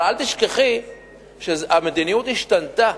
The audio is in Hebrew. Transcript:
אבל אל תשכחי שהמדיניות השתנתה,